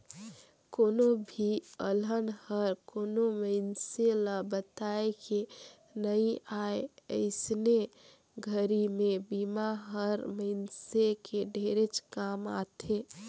कोनो भी अलहन हर कोनो मइनसे ल बताए के नइ आए अइसने घरी मे बिमा हर मइनसे के ढेरेच काम आथे